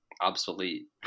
obsolete